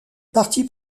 parti